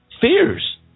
fears